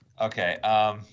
Okay